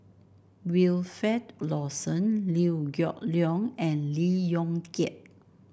Wilfed Lawson Liew Geok Leong and Lee Yong Kiat